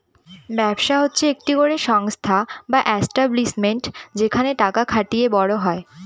ব্যবসা হচ্ছে একটি করে সংস্থা বা এস্টাব্লিশমেন্ট যেখানে টাকা খাটিয়ে বড় হয়